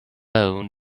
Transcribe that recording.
own